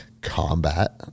combat